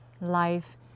life